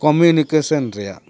communication ᱨᱮᱭᱟᱜ